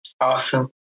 awesome